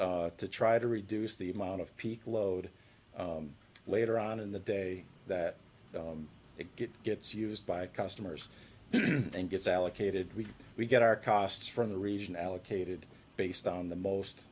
to try to reduce the amount of peak load later on in the day that it gets used by customers and gets allocated we we get our costs from the region allocated based on the most